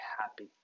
happy